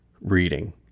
reading